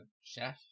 chef